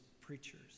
preachers